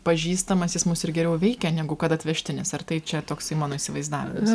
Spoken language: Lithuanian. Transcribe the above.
pažįstamas jis mus ir geriau veikia negu kad atvežtinis ar tai čia toksai mano įsivaizdavimas